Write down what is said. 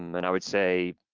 and i would say,